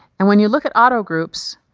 and when you look at auto-groups,